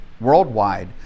worldwide